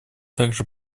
также